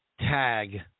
tag